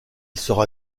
sera